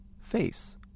face